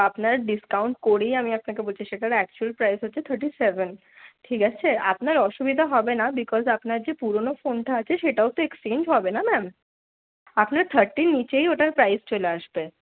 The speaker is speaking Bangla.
আপনার ডিসকাউন্ট করেই আমি আপনাকে বলছি সেটা অ্যাকচুয়াল প্রাইজ হচ্ছে থার্টি সেভেন ঠিক আছে আপনার অসুবিধা হবেনা বিকজ আপনার যে পুরনো ফোনটা আছে সেটাও তো এক্সচেঞ্জ হবে না ম্যাম আপনার থার্টির নিচেই ওটার প্রাইজ চলে আসবে